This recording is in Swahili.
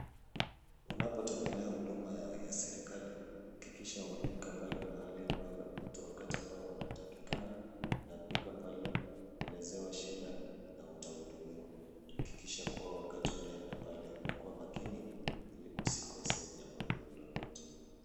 Unapotembelea huduma ya serikali hakikisha unafika pale mahali ambayo wakati ambao unatakikana na fika pale elezewa shida na utahudumiwa. Hakikisha kuwa wakati unaenda pale unakuwa makini ili usikosee jambo lolote.